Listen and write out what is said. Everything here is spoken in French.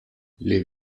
les